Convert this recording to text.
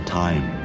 time